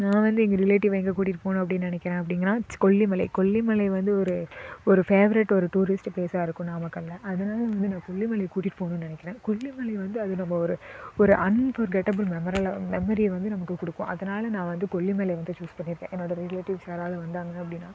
நான் வந்து எங்கள் ரிலேட்டிவ்வை எங்கள் கூட்டிகிட்டு போகணும் அப்படின்னு நினைக்கிறேன் அப்படின்னா கொல்லிமலை கொல்லிமலை வந்து ஒரு ஒரு ஃபேவரட் ஒரு டூரிஸ்ட் ப்ளேஸாக இருக்கும் நாமக்கலில் அதனால வந்து நான் கொல்லிமலைக்கு கூட்டிகிட்டு போகணுன்னு நினைக்கிறேன் கொல்லிமலை வந்து அது நம்ம ஒரு ஒரு ஒரு அன்ஃபர்கெட்டபுள் மெமரலாக மெமரியை வந்து நமக்கு கொடுக்கும் அதனால நான் வந்து கொல்லிமலை வந்து சூஸ் பண்ணிருக்கேன் என்னோட ரிலேட்டிவ்ஸ் யாராவது வந்தாங்க அப்படின்னா